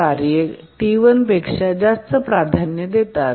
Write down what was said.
कार्ये T1पेक्षा जास्त प्राधान्य देतात